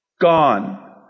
gone